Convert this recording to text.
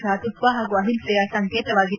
ಭಾತೃತ್ವ ಹಾಗೂ ಅಹಿಂಸೆಯ ಸಂಕೇತವಾಗಿದ್ದರು